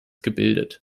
gebildet